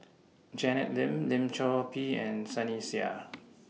Janet Lim Lim Chor Pee and Sunny Sia